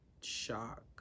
shock